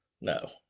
No